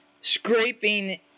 scraping